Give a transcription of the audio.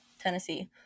Tennessee